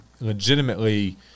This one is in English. legitimately